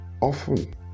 Often